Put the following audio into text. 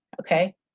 Okay